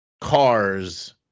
cars